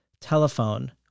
Telephone